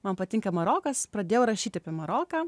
man patinka marokas pradėjau rašyti apie maroką